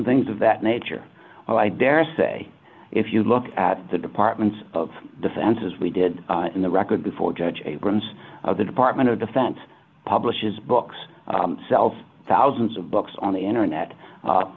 and things of that nature i daresay if you look at the department of defense as we did in the record before judge abrams the department of defense publishes books sells thousands of books on the internet